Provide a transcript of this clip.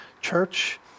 church